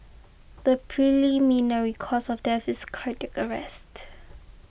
the preliminary cause of death is cardiac arrest